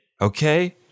Okay